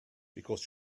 because